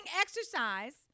exercise